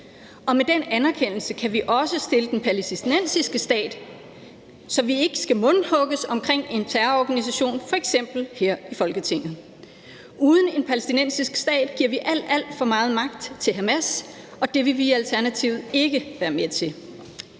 Med den anerkendelse kan vi også stille den palæstinensiske stat sådan, at vi ikke skal mundhugges om en terrororganisation f.eks. her i Folketinget. Uden en palæstinensisk stat giver vi alt, alt for meget magt til Hamas, og det vil vi i Alternativet ikke være med til.